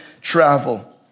travel